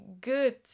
good